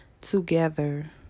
together